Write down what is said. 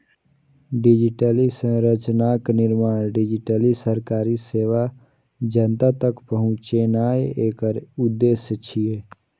digital संरचनाक निर्माण, digitally सरकारी सेवा जनता तक पहुंचेनाय एकर उद्देश्य छियै